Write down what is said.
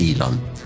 Elon